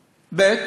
ב.